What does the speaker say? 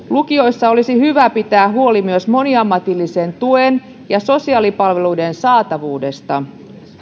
lukioissa olisi hyvä pitää huoli myös moniammatillisen tuen ja sosiaalipalveluiden saatavuudesta